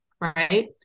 right